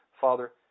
Father